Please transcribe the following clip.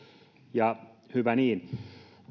ja hyvä niin